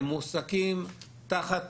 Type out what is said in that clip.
הם מועסקים בדיוק תחת